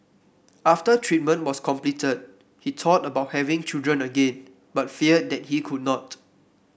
after treatment was completed he thought about having children again but feared that he could not